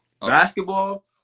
Basketball